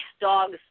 dogs